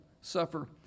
suffer